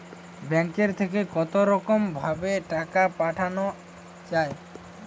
ব্যাঙ্কের থেকে কতরকম ভাবে টাকা পাঠানো য়ায়?